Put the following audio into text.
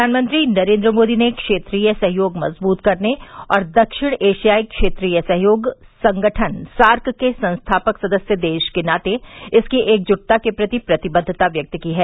प्रधानमंत्री नरेन्द्र मोदी ने क्षेत्रीय सहयोग मजबूत करने और दक्षिण एशियाई क्षेत्रीय सहयोग संगठन सार्क के संस्थापक सदस्य देश के नाते इसकी एकजुटता के प्रति प्रतिबद्वता यक्त की है